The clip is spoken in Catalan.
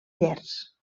llers